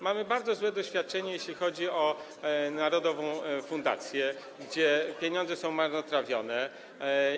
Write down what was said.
Mamy bardzo złe doświadczenie, jeśli chodzi o narodową fundację, gdzie pieniądze są marnotrawione.